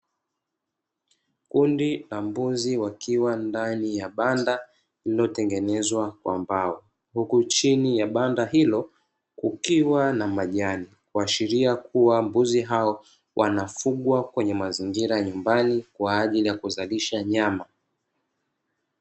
Kundi la mbuzi wakiwa ndani ya banda, lililotengenezwa kwa mbao huku chini ya banda hilo kukiwa na majani, kuashiria kuwa mbuzi hao wanafungwa kwenye mazingira ya nyumbani kwa ajili ya kuzalisha nyama.